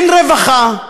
אין רווחה.